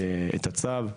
את הצו.